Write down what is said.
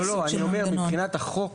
לא, אני אומר מבחינת החוק.